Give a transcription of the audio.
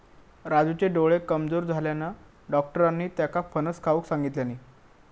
राजूचे डोळे कमजोर झाल्यानं, डाक्टरांनी त्येका फणस खाऊक सांगितल्यानी